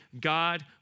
God